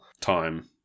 time